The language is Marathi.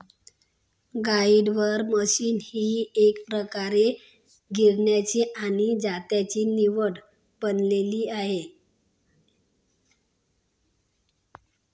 ग्राइंडर मशीन ही एकप्रकारे गिरण्यांची आणि जात्याची निवड बनली आहे